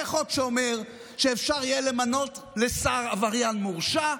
זה חוק שאומר שאפשר יהיה למנות לשר עבריין מורשע,